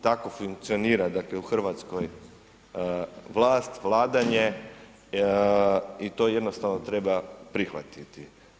Tako funkcionira dakle u Hrvatskoj vlast, vladanje i to jednostavno treba prihvatiti.